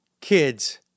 kids